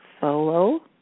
solo